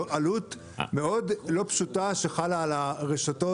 זו עלות מאוד לא פשוטה שחלה על הרשתות,